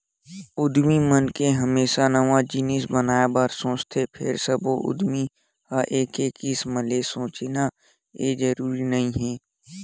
उद्यमी मनखे ह हमेसा नवा जिनिस बनाए बर सोचथे फेर सब्बो उद्यमी ह एके किसम ले सोचय ए जरूरी नइ हे